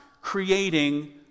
creating